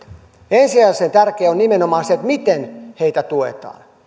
ensisijaisen tärkeää on nimenomaan se miten heitä tuetaan